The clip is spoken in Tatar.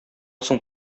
соң